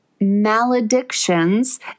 maledictions